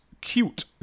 cute